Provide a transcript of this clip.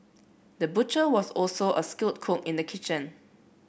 the butcher was also a skilled cook in the kitchen